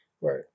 Right